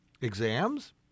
exams